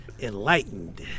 enlightened